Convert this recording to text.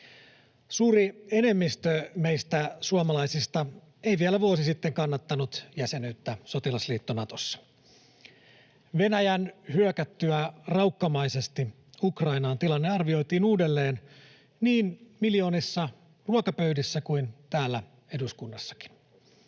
Suuri enemmistö meistä suomalaisista ei vielä vuosi sitten kannattanut jäsenyyttä sotilasliitto Natossa. Venäjän hyökättyä raukkamaisesti Ukrainaan tilanne arvioitiin uudelleen niin miljoonissa ruokapöydissä kuin täällä eduskunnassakin.